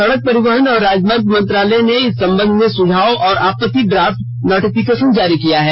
सड़क परिवहन और राजमार्ग मंत्रालय ने इस संबध में सुझाव और आपति ड्राफ्ट नोटिफिकेशन जारी किया है